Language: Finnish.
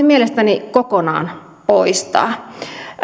mielestäni kokonaan poistaa